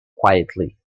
quietly